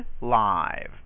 live